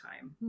time